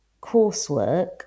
coursework